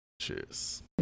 Cheers